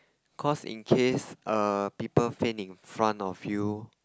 cause in case err people faint in front of you